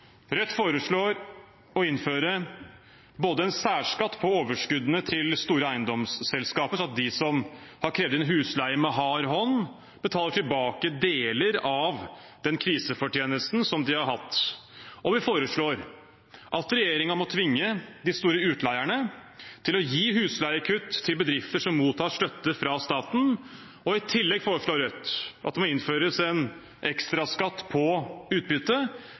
Rødt foreslår å innføre både en særskatt på overskuddene til store eiendomsselskaper, sånn at de som har krevd inn husleie med hard hånd, betaler tilbake deler av den krisefortjenesten som de har hatt, og vi foreslår at regjeringen må tvinge de store utleierne til å gi husleiekutt til bedrifter som mottar støtte fra staten. I tillegg foreslår Rødt at det må innføres en ekstraskatt på utbytte